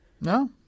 No